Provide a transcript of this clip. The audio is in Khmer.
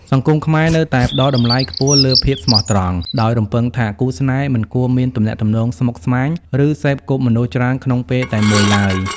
សង្គមខ្មែរនៅតែផ្ដល់តម្លៃខ្ពស់លើ "ភាពស្មោះត្រង់" ដោយរំពឹងថាគូស្នេហ៍មិនគួរមានទំនាក់ទំនងស្មុគស្មាញ ឬសេពគប់មនុស្សច្រើនក្នុងពេលតែមួយឡើយ។